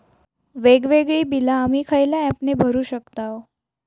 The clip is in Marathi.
वेगवेगळी बिला आम्ही खयल्या ऍपने भरू शकताव?